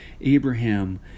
Abraham